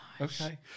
Okay